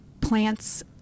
plants